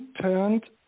turned